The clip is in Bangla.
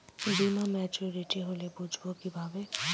বীমা মাচুরিটি হলে বুঝবো কিভাবে?